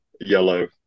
yellow